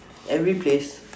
every place